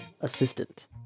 assistant